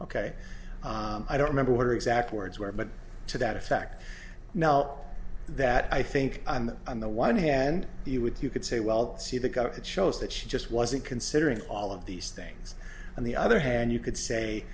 ok i don't remember what her exact words were but to that effect now that i think that on the one hand you would you could say well see the got it shows that she just wasn't considering all of these things on the other hand you could